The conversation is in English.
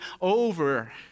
over